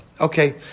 Okay